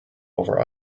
over